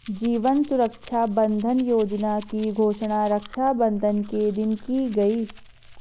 जीवन सुरक्षा बंधन योजना की घोषणा रक्षाबंधन के दिन की गई